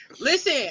Listen